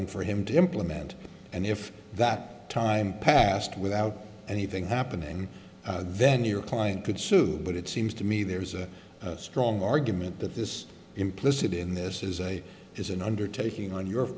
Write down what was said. and for him to implement and if that time passed without anything happening then your client could sue but it seems to me there's a strong argument that this implicit in this is a is an undertaking on your